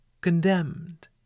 condemned